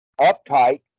uptight